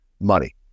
money